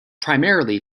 primarily